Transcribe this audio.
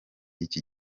iki